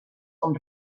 com